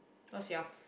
what's yours